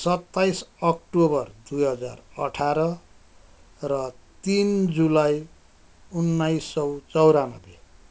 सत्ताइस अक्टोबर दुई हजार अठार र तिन जुलाई उन्नाइस सय चौरानब्बे